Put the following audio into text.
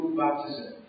baptism